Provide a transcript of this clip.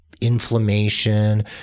inflammation